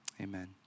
amen